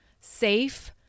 safe